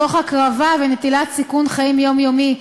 תוך הקרבה ונטילת סיכון חיים יומיומי,